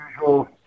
usual